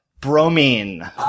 bromine